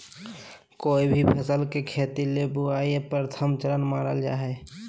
कोय भी फसल के खेती ले बुआई प्रथम चरण मानल जा हय